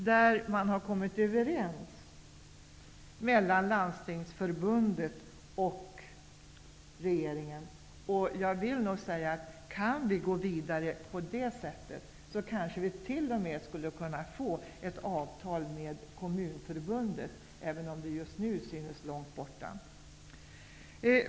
Man har ju kommit överens från Landstingsförbundets och från regeringens sida. Kan vi gå vidare på det sättet kanske vi t.o.m. skulle kunna få ett avtal med Kommunförbundet, även om det just nu synes långt borta.